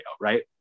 right